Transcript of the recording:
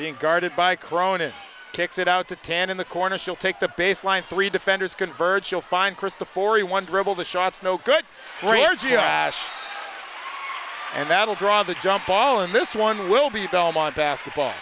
being guarded by corona takes it out to ten in the corner she'll take the baseline three defenders convert you'll find chris the forty one dribble the shots no good and that will draw the jump ball and this one will be you don't want basketball